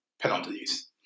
penalties